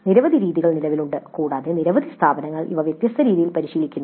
നിരവധി രീതികൾ നിലവിലുണ്ട് കൂടാതെ നിരവധി സ്ഥാപനങ്ങൾ ഇവ വ്യത്യസ്ത രീതികളിൽ പരിശീലിക്കുന്നു